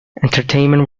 entertainment